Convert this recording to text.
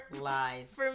Lies